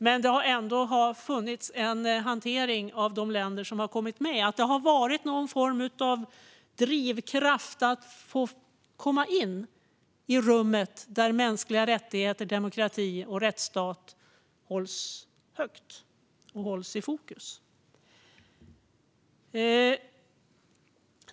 Men det har ändå funnits en hantering av de länder som har kommit med. Det har varit någon form av drivkraft att få komma in i rummet där mänskliga rättigheter, demokrati och rättsstat hålls högt och hålls i fokus.